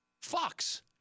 Fox